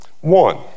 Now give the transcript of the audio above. One